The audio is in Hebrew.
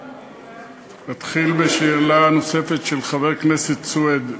אתחיל בשאלה הנוספת של חבר הכנסת סוייד.